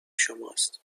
شماست